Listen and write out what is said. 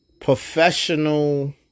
professional